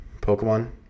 Pokemon